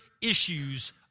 issues